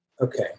Okay